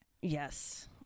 yes